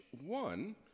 one